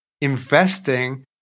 investing